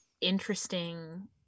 interesting